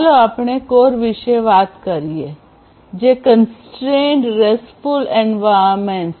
ચાલો આપણે CoRE વિશે વાત કરીએ જે કોન્સ્ટ્રેનેડ રેસ્ટફુલ એન્વિરોન્મેન્ટ્સ છે